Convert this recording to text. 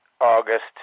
August